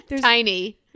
Tiny